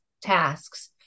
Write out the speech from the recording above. tasks